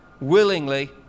Willingly